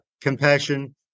compassion